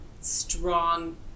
strong